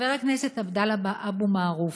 חבר הכנסת עבדאללה אבו מערוף,